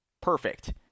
Perfect